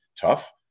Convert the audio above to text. tough